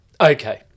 Okay